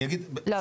אני אגיד --- לא,